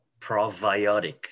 Probiotic